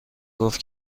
گفت